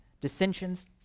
dissensions